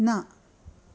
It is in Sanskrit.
न